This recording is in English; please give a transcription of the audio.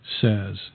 says